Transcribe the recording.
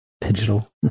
digital